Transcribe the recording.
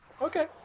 Okay